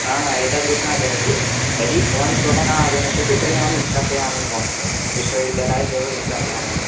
न न एतादृशः न चलति यदि भवान् श्वः न आगमिष्यति तर्हि अहं निष्कासयामि भवन्तं विश्वविद्यालयात् एव निष्कासयामि